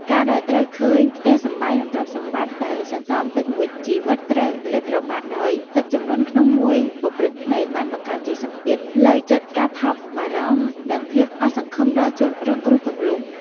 ការដែលត្រូវឃើញផ្ទះសម្បែង និងទ្រព្យសម្បត្តិដែលសន្សំពេញមួយជីវិត ត្រូវលេបត្របាក់ដោយទឹកជំនន់ក្នុងមួយប៉ព្រិចភ្នែក បានបង្កើតជាសម្ពាធផ្លូវចិត្ត ការថប់បារម្ភ និងភាពអស់សង្ឃឹមដល់ជនរងគ្រោះគ្រប់រូប។